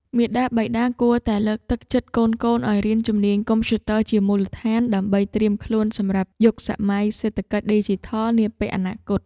មាតាបិតាគួរតែលើកទឹកចិត្តកូនៗឱ្យរៀនជំនាញកុំព្យូទ័រជាមូលដ្ឋាន ដើម្បីត្រៀមខ្លួនសម្រាប់យុគសម័យសេដ្ឋកិច្ចឌីជីថលនាពេលអនាគត។